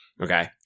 Okay